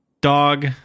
Dog